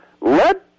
Let